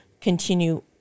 continue